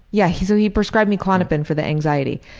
yeah, he so he prescribed me klonopin for the anxiety.